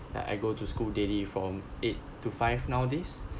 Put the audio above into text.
that I go to school daily from eight to five nowadays